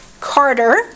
Carter